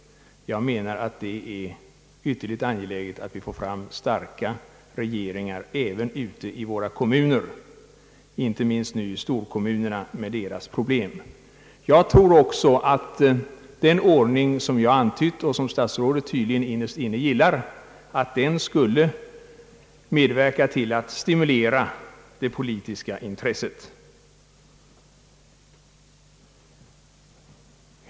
Jag menar att det är ytterligt angeläget att vi får starka regeringar även ute i våra kommuner, inte minst i storkommunerna med deras många problem. Härför fordras främst att de återspeglar den aktuella fullmäktigerepresentationen. Jag tror också att den ordning som jag antytt och som herr statsrådet tydligen innerst inne gillar skulle medverka till att stimulera det politiska intresset.